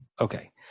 Okay